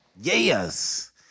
Yes